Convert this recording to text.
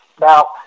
Now